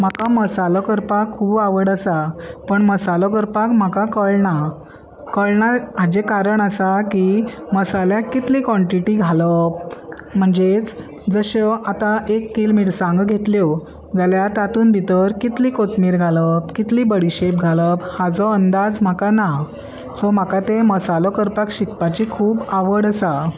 म्हाका मसालो करपाक खूब आवड आसा पूण मसालो करपाक म्हाका कळना कळना हाचे कारण आसा की मसाल्याक कितली कॉन्टिटी घालप म्हणजेच जश्यो आतां एक किल मिरसांगो घेतल्यो जाल्या तातूंत भितर कितली कोथमीर घालप कितली बडीशेप घालप हाजो अंदाज म्हाका ना सो म्हाका ते मसालो करपाक शिकपाची खूब आवड आसा